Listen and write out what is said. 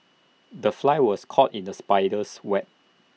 the fly was caught in the spider's web